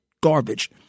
garbage